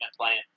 playing